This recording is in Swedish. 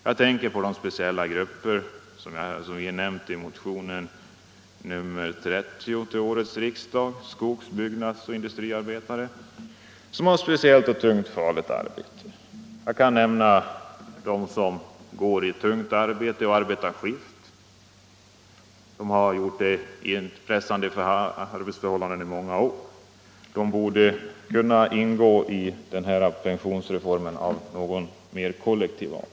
Jag tänker på de speciella grupper som vi nämnt i motionen 30 till årets riksdag, nämligen skogs-, byggnadsoch industriarbetare, som har speciellt tungt och farligt arbete. Jag kan också nämna skiftarbetare som gått många år i tungt och pressande arbete. Dessa grupper borde kunna tillgodoses genom en pensionsreform av mera kollektiv art.